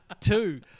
two